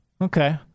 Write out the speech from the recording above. Okay